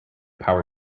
power